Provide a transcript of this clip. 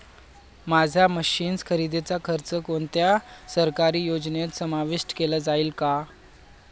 माझ्या मशीन्स खरेदीचा खर्च कोणत्या सरकारी योजनेत समाविष्ट केला जाईल का?